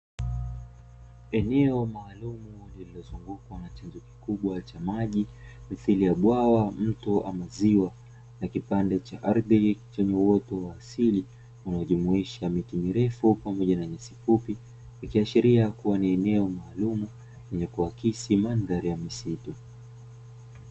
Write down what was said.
Eneo maalumu lililozungukwa na chanzo kikubwa cha maji mithiri ya bwawa, mto ama ziwa na kipande cha ardhi chenye uoto wa asili unaojumuisha miti mirefu pamoja na miti mifupi ikiashiria kuwa ni eneo maalumu lenye kuakisi mandhari ya misitu.